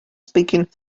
speaking